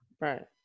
Right